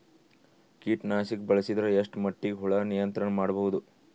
ಕೀಟನಾಶಕ ಬಳಸಿದರ ಎಷ್ಟ ಮಟ್ಟಿಗೆ ಹುಳ ನಿಯಂತ್ರಣ ಮಾಡಬಹುದು?